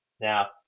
Now